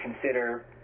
consider